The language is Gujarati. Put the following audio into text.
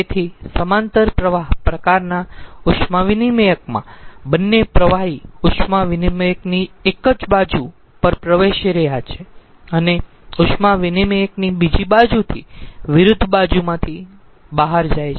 તેથી સમાંતર પ્રવાહ પ્રકારના ઉષ્મા વિનીમયકમાં બંને પ્રવાહી ઉષ્મા વિનીમયકની એક જ બાજુ પર પ્રવેશી રહ્યા છે અને ઉષ્મા વિનીમયકની બીજી બાજુની વિરુદ્ધ બાજુમાંથી બહાર જાય છે